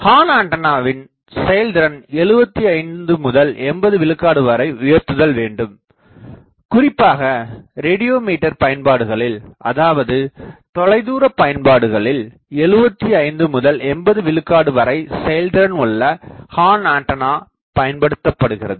horn ஆண்டனாவின் செயல் திறன் 75 முதல் 80 விழுக்காடு வரை உயர்த்துதல் வேண்டும் குறிப்பாக ரேடியோமீட்டர் பயன்பாடுகளில் அதாவது தொலைதூர பயன்பாடுகளில் 75 முதல் 80 விழுக்காடு வரை செயல் திறன் உள்ள ஹார்ன் ஆண்டனா பயன்படுத்தப்படுகிறது